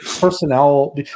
personnel